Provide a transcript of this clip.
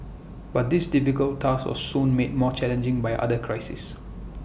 but this difficult task was soon made more challenging by other crisis